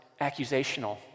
accusational